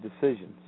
decisions